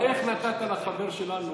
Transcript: איך נתת לחבר שלנו,